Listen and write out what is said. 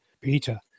Peter